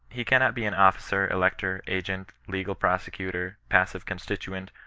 he cannot be an officer, elector, agent, legal pro secutor, passive constituent,